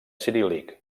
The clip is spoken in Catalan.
ciríl·lic